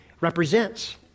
represents